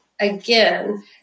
again